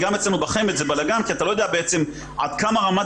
גם אצלנו בחמ"ד זה בלגן כי אתה לא יודע עד כמה רמת